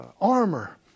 armor